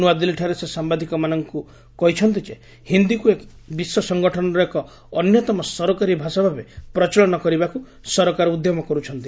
ନୂଆଦିଲ୍ଲୀଠାରେ ସେ ସାମ୍ବାଦିକମାନଙ୍କୁ କହିଛନ୍ତି ଯେ ହିନ୍ଦୀକୁ ଏହି ବିଶ୍ୱ ସଂଗଠନର ଏକ ଅନ୍ୟତମ ସରକାରୀ ଭାଷା ଭାବେ ପ୍ରଚଳନ କରିବାକୁ ସରକାର ଉଦ୍ୟମ କରୁଛନ୍ତି